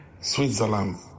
Switzerland